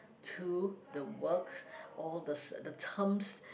to the works or the the terms